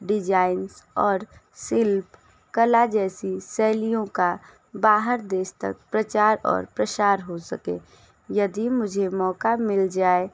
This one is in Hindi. डिजाइंस और शिल्प कला जैसी शैलियों का बाहर देश तक प्रचार और प्रसार हो सके यदि मुझे मौका मिल जाए